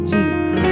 Jesus